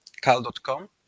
Cal.com